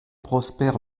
prosper